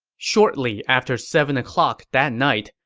shortly after seven o'clock that night,